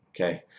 okay